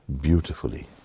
beautifully